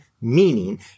meaning